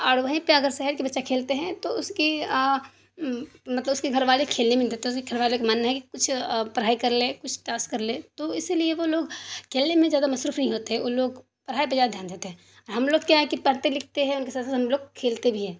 اور وہیں پہ اگر شہر کے بچے کھیلتے ہیں تو اس کی مطلب اس کے گھر والے کھیلنے نہیں دیتا اس کے گھر والے کا ماننا ہے کہ کچھ پڑھائی کر لے کچھ ٹاسک کر لے تو اسی لیے وہ لوگ کھیلنے میں زیادہ مصروف نہیں ہوتے ان لوگ پڑھائی پر زیادہ دھیان دیتے ہیں اور ہم لوگ کیا ہے کہ پڑھتے لکھتے ہیں ان کے ساتھ ساتھ ہم لوگ کھیلتے بھی ہیں